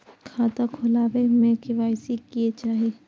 खाता खोला बे में के.वाई.सी के चाहि?